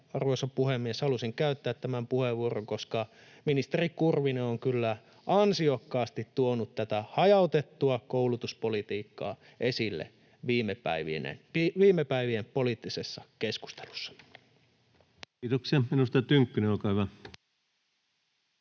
arvoisa puhemies, halusin käyttää tämän puheenvuoron, ja ministeri Kurvinen on kyllä ansiokkaasti tuonut tätä hajautettua koulutuspolitiikkaa esille viime päivien poliittisessa keskustelussa. Kiitoksia. — Edustaja Tynkkynen, olkaa hyvä.